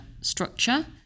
structure